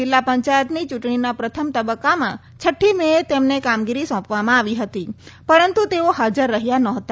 જિલ્લા પંચાયતની ચૂંટણીના પ્રથમ તબક્કામાં છઠ્ઠી મેએ તેમને કામગીરી સોંપવામાં આવી હતી પરંતુ તેઓ હાજર રહ્યા નહોતા